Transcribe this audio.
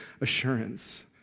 assurance